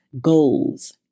goals